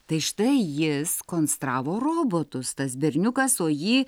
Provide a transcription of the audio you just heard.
tai štai jis konstravo robotus tas berniukas o jį